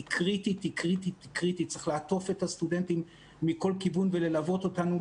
היא קריטית וצריך לעטוף את הסטודנטים מכל כיוון וללוות אותם.